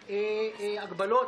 ראיתם?